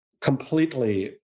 completely